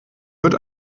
wird